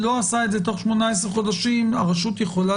לא עשה זאת תוך 18 חודשים הרשות יכולה